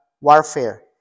warfare